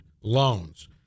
loans